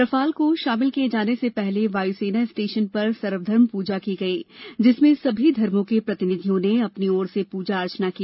Rafale को शामिल किये जाने से पहले वायु सेना स्टेशन पर सर्व धर्म पूजा की गयी जिसमें सभी धर्मों के प्रतिनिधियों ने अपनी ओर से पूजा अर्चना की